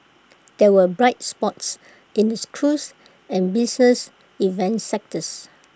there were bright spots in the cruise and business events sectors